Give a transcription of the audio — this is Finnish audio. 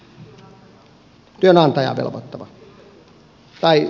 työnantajaa velvoittava